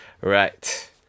Right